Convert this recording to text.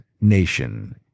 nation